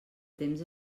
temps